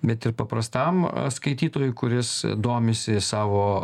bet ir paprastam skaitytojui kuris domisi savo